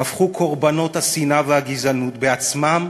הפכו קורבנות השנאה והגזענות בעצמם